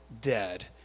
dead